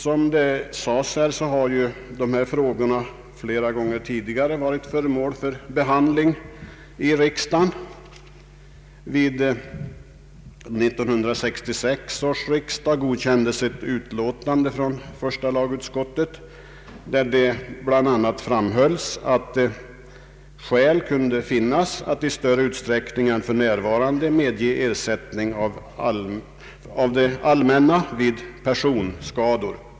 Såsom här har sagts har dessa frågor flera gånger tidigare varit föremål för behandling i riksdagen. Vid 1966 års riksdag godkändes ett utlåtande från första lagutskottet, vari bl.a. framhölls att skäl kunde finnas att i större utsträckning än för närvarande medge ersättning av det allmänna vid personskador.